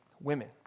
women